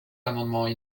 amendements